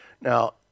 Now